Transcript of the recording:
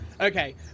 Okay